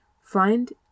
Find